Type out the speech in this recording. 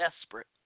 desperate